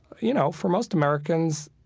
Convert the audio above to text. you know, for most americans,